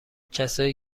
کسایی